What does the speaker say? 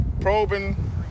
probing